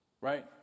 right